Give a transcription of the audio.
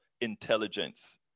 intelligence